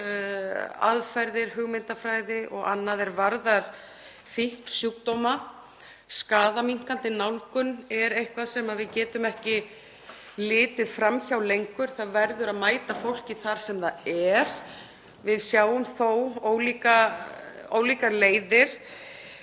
okkar á aðferðir, hugmyndafræði og annað er varðar fíknisjúkdóma. Skaðaminnkandi nálgun er eitthvað sem við getum ekki litið fram hjá lengur. Það verður að mæta fólki þar sem það er. Við sjáum þó ólíkar leiðir.